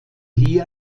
hier